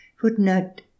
footnote